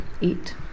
eat